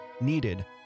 needed